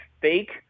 fake